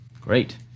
Great